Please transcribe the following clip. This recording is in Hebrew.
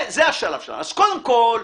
אז קודם כול,